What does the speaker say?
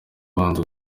abanza